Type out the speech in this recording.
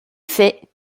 fait